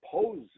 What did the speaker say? oppose